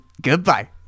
Goodbye